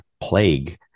plague